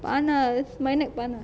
panas my neck panas